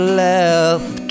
left